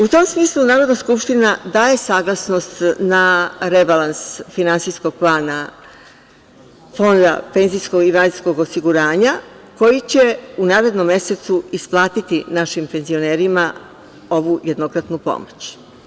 U tom smislu, Narodna skupština daje saglasnost na rebalans finansijskog plana Fonda PIO, koji će u narednom mesecu isplatiti našim penzionerima ovu jednokratnu pomoć.